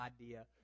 idea